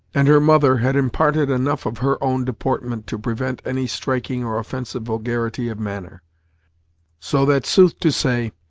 and her mother had imparted enough of her own deportment to prevent any striking or offensive vulgarity of manner so that, sooth to say,